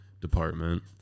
department